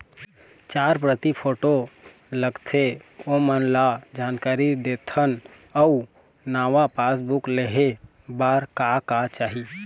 चार प्रति फोटो लगथे ओमन ला जानकारी देथन अऊ नावा पासबुक लेहे बार का का चाही?